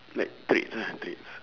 like traits ah traits